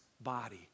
body